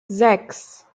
sechs